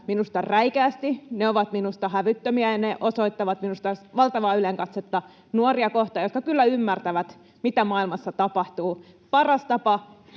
minusta räikeästi. Ne ovat minusta hävyttömiä, ja ne osoittavat minusta valtavaa ylenkatsetta nuoria kohtaan, jotka kyllä ymmärtävät, mitä maailmassa tapahtuu. Paras tapa